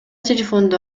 телефонду